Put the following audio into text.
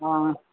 অঁ